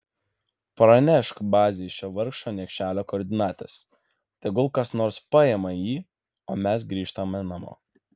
pranešk bazei šio vargšo niekšelio koordinates tegul kas nors paima jį o mes grįžtame namo